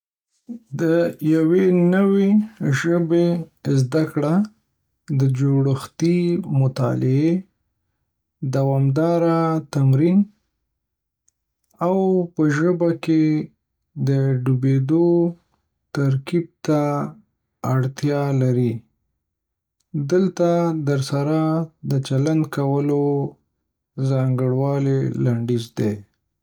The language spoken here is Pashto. د یوې نوې ژبې زده کړه د جوړښتي مطالعې، دوامداره تمرین، او په ژبه کې ډوبیدو ترکیب ته اړتیا لري. دلته د دې سره د چلند کولو څرنګوالي لنډیز دی